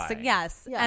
Yes